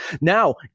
Now